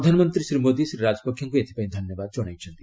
ପ୍ରଧାନମନ୍ତ୍ରୀ ଶ୍ରୀ ମୋଦି ଶ୍ରୀ ରାଜପକ୍ଷେଙ୍କୁ ଏଥିପାଇଁ ଧନ୍ୟବାଦ ଜଣାଇଛନ୍ତି